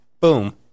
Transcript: boom